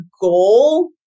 goal